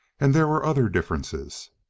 and there were other differences.